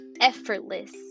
effortless